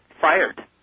fired